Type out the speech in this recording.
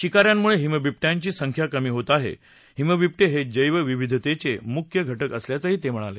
शिका यांनुळे हिमबिबटयांच संख्या कमा ड्वीत आहे हिमबिबटे हे जैवविविधतेचे मुख्य घटक असल्याचं ते म्हणाले